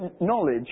knowledge